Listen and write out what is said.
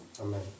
Amen